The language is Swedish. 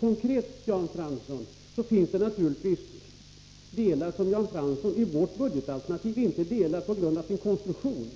Konkret finns det naturligtvis delar i vårt budgetalternativ som Jan Fransson inte gillar på grund av deras konstruktion,